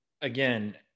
again